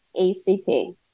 ACP